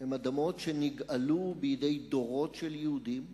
הן אדמות שנגאלו בידי דורות של יהודים,